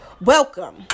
Welcome